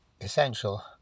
essential